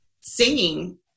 singing